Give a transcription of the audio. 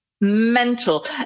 mental